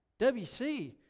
WC